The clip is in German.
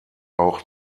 auch